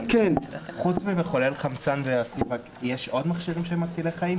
חוץ ממחולל חמצן וסיפאפ יש עוד מכשירים שהם מצילי חיים?